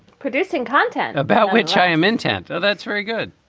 producing content about which i am intent. that's very good